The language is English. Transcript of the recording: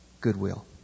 goodwill